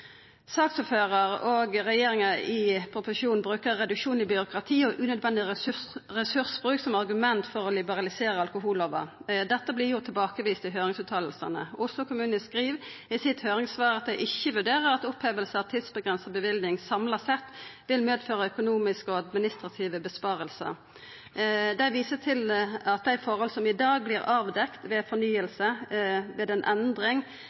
Saksordførar og regjeringa i proposisjonen bruker reduksjon i byråkrati og unødvendig ressursbruk som argument for å liberalisera alkohollova. Dette vert jo tilbakevist i høyringsutsegnene. Oslo kommune skriv i høyringssvaret sitt at dei ikkje vurderer at oppheving av tidsavgrensa bevilling samla sett vil medføra økonomiske og administrative innsparingar. Dei viser til at dei forholda som i dag vert avdekte ved fornying, ved ei endring